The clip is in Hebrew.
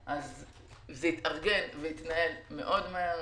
זה התארגן והתנהל מאוד מהר,